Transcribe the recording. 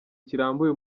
kirambuye